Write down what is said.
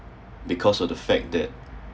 because of the fact that